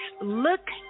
Look